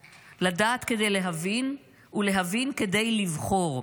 לדעת, לדעת כדי להבין ולהבין כדי לבחור.